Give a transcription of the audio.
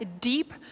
deep